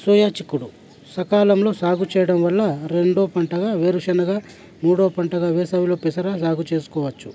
soya చిక్కుడు సకాలంలో సాగు చేయడం వల్ల రెండో పంటగా వేరుశనగ మూడో పంటగా వేసవిలో పెసర సాగు చేసుకోవచ్చు